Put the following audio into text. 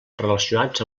relacionats